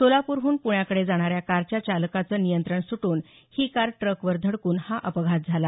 सोलापूरहून पुण्याकडे जाणाऱ्या कारच्या चालकाचं नियंत्रण सुटून ही कार ट्रकवर धडकून हा अपघात झाला